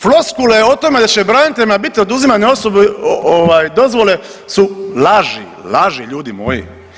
Floskule o tome da će braniteljima biti oduzimane ovaj dozvole su laži, laži ljudi moji.